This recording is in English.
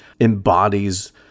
embodies